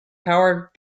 powered